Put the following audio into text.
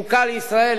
"חוקה לישראל",